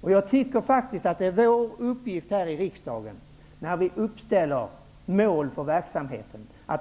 Jag tycker faktiskt att det är vår uppgift här i riksdagen, när vi uppställer mål för verksamheten, att